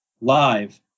live